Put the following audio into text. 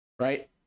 right